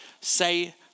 say